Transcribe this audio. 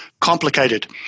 complicated